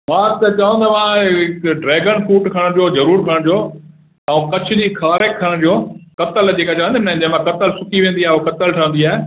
मां त चवंदव हाणे ड्रैगन फ्रूट खणिजो ज़रूरु खणिजो ऐं कच्छ जी खारक खणिजो कतल जेका चवंदा आहिनि न कतल सुकी वेंदी आहे उहो कतल ठहंदी आहे